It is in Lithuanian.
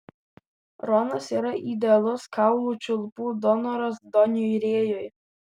ronas yra idealus kaulų čiulpų donoras doniui rėjui